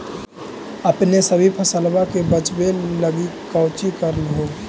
अपने सभी फसलबा के बच्बे लगी कौची कर हो?